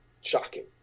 shocking